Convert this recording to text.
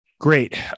Great